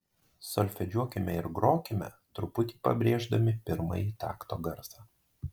solfedžiuokime ir grokime truputį pabrėždami pirmąjį takto garsą